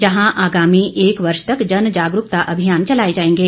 जहां आगामी एक वर्ष तक जन जागरूकता अभियान चलाए जाएंगे